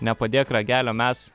nepadėk ragelio mes